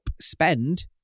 spend